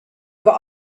have